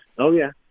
oh, yeah.